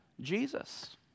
Jesus